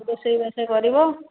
ଆଉ ରୋଷେଇ ବାସ କରିବ